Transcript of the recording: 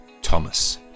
Thomas